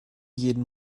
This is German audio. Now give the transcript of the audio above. jeden